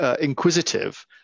inquisitive